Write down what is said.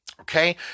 Okay